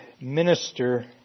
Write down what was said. minister